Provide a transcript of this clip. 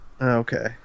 Okay